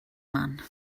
man